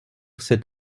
cet